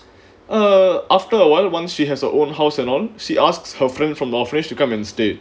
uh after awhile once she has her own house and all she asks her friend from the orphanage to come instead